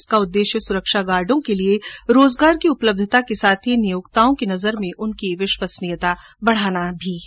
इसका उद्देश्य सुरक्षा गार्डो के लिये रोजगार की उपलब्धता के साथ ही नियोक्ताओं की नजर में उनकी विश्वसनीयता बढाना भी है